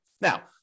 Now